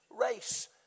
race